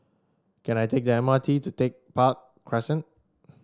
can I take the M R T to Tech Park Crescent